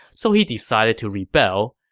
so he decided to rebel.